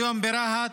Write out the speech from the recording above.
היום ברהט,